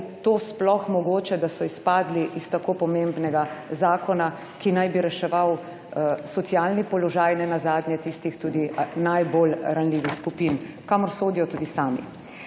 to sploh mogoče, da so izpadli iz tako pomembnega zakona, ki naj bi reševal socialni položaj nenazadnje tistih tudi najbolj ranljivih skupin, kamor sodijo tudi sami.